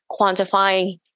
quantifying